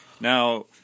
Now